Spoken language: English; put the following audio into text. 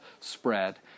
spread